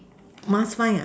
must find ah